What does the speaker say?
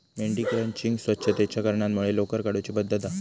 मेंढी क्रचिंग स्वच्छतेच्या कारणांमुळे लोकर काढुची पद्धत हा